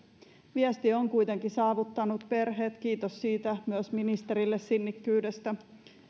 viesti on kuitenkin saavuttanut perheet kiitos siitä myös ministerille sinnikkyydestä